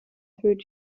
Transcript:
through